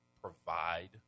provide